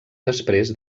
després